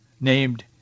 named